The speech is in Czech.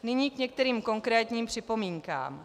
Nyní k některým konkrétním připomínkám.